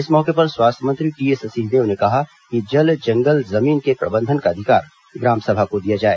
इस मौके पर स्वास्थ्य मंत्री टीएस सिंहदेव ने कहा कि जल जंगल जमीन के प्रबंधन का अधिकार ग्राम सभा को दिया जाए